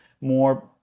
more